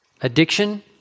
addiction